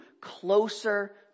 closer